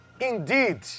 indeed